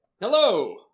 Hello